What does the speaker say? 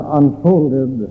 unfolded